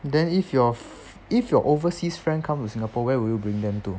then if your f~ if your overseas friend come to singapore where would you bring them to